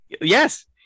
Yes